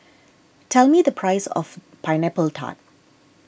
tell me the price of Pineapple Tart